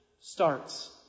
starts